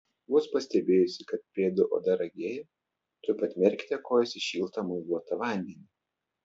vos pastebėjusi kad pėdų oda ragėja tuoj pat merkite kojas į šiltą muiluotą vandenį